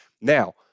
Now